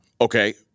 Okay